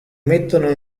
mettono